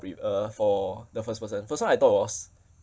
pre~ uh for the first person first one I thought was